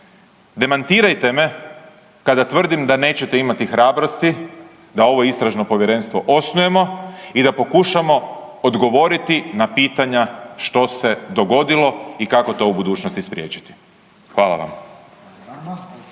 demantirajte me kada tvrdim da nećete imati hrabrosti da ovo istražno povjerenstvo osnujemo i da pokušamo odgovoriti na pitanja što se dogodilo i kako to u budućnosti spriječiti. Hvala vam.